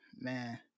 man